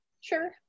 sure